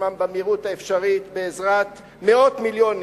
עצמם במהירות האפשרית בעזרת מאות מיליונים,